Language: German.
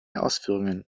ausführungen